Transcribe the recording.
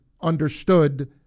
understood